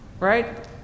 Right